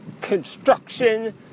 construction